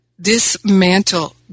dismantle